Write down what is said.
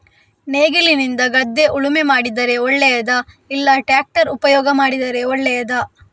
ನೇಗಿಲಿನಿಂದ ಗದ್ದೆ ಉಳುಮೆ ಮಾಡಿದರೆ ಒಳ್ಳೆಯದಾ ಇಲ್ಲ ಟ್ರ್ಯಾಕ್ಟರ್ ಉಪಯೋಗ ಮಾಡಿದರೆ ಒಳ್ಳೆಯದಾ?